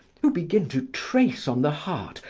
who begin to trace on the heart,